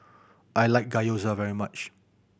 I like Gyoza very much